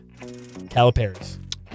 Caliparis